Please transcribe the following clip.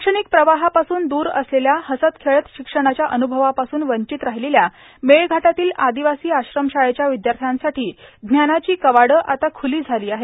शैक्ष्मणक प्रवाहापासून दूर असलेल्या हसत खेळत शिक्षणाच्या अन्भवापासून वींचत रााहलेल्या मेळघाटातील आर्मादवासी आश्रमशाळेच्या विद्याथ्यासाठां ज्ञानाची कवाडं आता ख्लो झालो आहेत